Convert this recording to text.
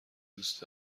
دوست